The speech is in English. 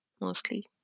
mostly